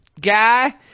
guy